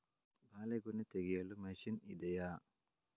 ಬಾಳೆಗೊನೆ ತೆಗೆಯಲು ಮಷೀನ್ ಇದೆಯಾ?